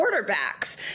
quarterbacks